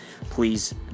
please